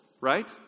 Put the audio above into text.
right